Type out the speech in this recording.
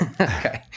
Okay